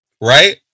Right